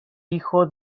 hijo